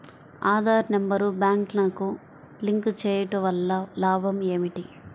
Aadhaar number బ్యాంక్నకు link చేయుటవల్ల లాభం ఏమిటి?